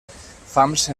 fams